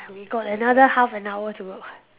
we got another half an hour to go